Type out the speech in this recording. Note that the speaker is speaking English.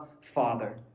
Father